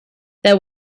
there